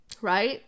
right